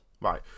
Right